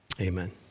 Amen